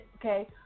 okay